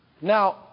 Now